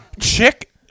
chick